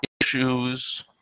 issues